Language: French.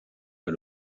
pas